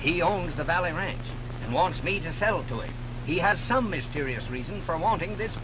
he owns the valley range and wants me to settle to him he had some mysterious reason for wanting this